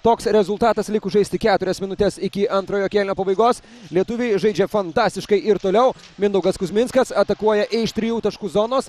toks rezultatas likus žaisti keturias minutes iki antrojo kėlinio pabaigos lietuviai žaidžia fantastiškai ir toliau mindaugas kuzminskas atakuoja iš trijų taškų zonos